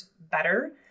better